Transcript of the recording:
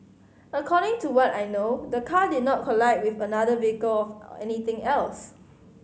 according to what I know the car did not collide with another vehicle or anything else